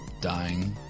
dying